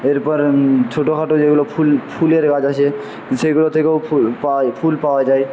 এরপর ছোটোখাটো যেগুলো ফুল ফুলের গাছ আছে সেগুলো থেকেও ফুল পাওয়া ফুল পাওয়া যায়